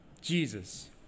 Jesus